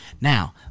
Now